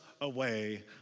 Away